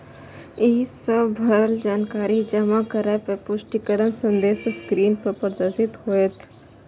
ई सब भरल जानकारी जमा करै पर पुष्टिकरण संदेश स्क्रीन पर प्रदर्शित होयत